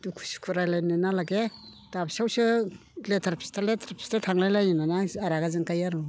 दुखु सुखु रायज्लायनो नालागे दाबसेयावसो लेथेर फेथेर लेथेर फेथेर थांलाय लायोनालाय जा रागा जोंखायो आरो